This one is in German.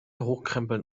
hochkrempeln